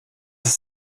ist